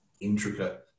intricate